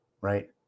right